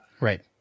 right